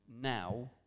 now